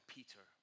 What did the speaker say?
Peter